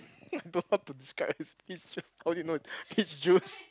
I don't know how to describe as peach juice I only know it's peach juice